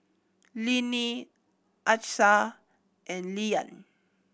Linnie Achsah and Lilyan